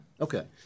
Okay